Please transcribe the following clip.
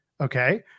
Okay